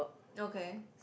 okay